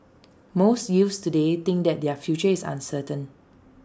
most youths today think that their future is uncertain